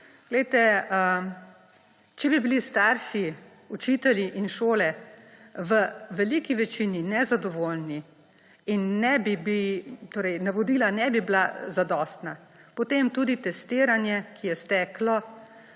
Glejte, če bi bili starši, učitelji in šole v veliki večini nezadovoljni in navodila ne bi bila zadostna, potem tudi testiranje, ki je steklo